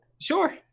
sure